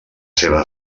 seva